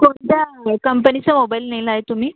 कोणत्या कंपनीचा मोबाईल नेला आहे तुम्ही